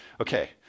Okay